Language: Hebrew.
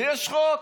ויש חוק.